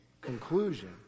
conclusion